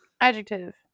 Adjective